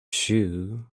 shoe